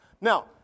Now